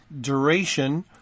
duration